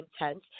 intense